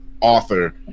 author